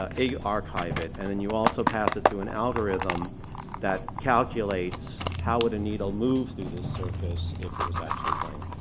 ah archive it and then you also pass it through an algorithm that calculates how would a needle move through this surface if it was actually playing.